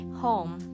home